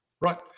right